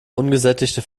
ungesättigte